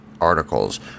articles